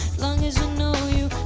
long as you know you